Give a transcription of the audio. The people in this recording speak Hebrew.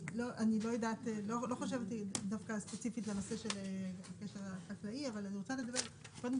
יודעת בדיוק מה המונחים הספציפיים אבל אני יושבת בוועדות התקינה,